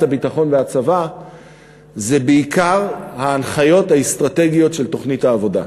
הביטחון והצבא זה בעיקר ההנחיות האסטרטגיות של תוכנית העבודה.